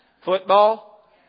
Football